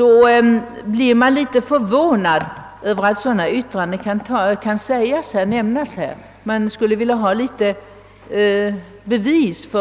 Man blir litet förvånad över att sådant kan sägas här och skulle vilja veta